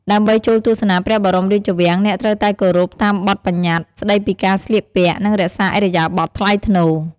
ដើម្បីចូលទស្សនាព្រះបរមរាជវាំង អ្នកត្រូវតែគោរពតាមបទប្បញ្ញត្តិស្ដីពីការស្លៀកពាក់ និងរក្សាឥរិយាបថថ្លៃថ្នូរ។